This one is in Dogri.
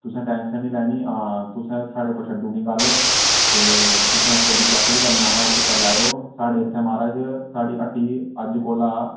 तुसें टेंशन नी लैनी हां तुसें साढ़े उप्पर छड्डी ओड़नी गल्ल ते तुसें इक बारी चैक बी करने आना होग ते करी लैएओ साढ़े इत्थे महाराज साढ़ी हट्टी अज्ज कोला